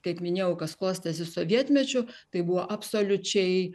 kaip minėjau kas klostėsi sovietmečiu tai buvo absoliučiai